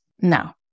No